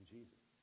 Jesus